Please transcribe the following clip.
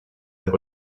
that